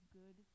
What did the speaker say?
good